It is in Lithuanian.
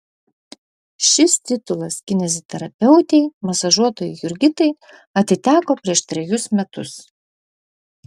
šis titulas kineziterapeutei masažuotojai jurgitai atiteko prieš trejus metus